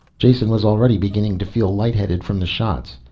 jason was already beginning to feel light-headed from the shots.